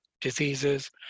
diseases